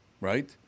Right